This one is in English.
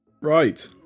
Right